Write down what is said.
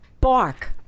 Bark